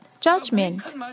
judgment